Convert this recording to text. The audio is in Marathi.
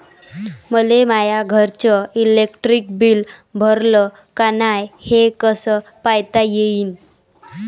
मले माया घरचं इलेक्ट्रिक बिल भरलं का नाय, हे कस पायता येईन?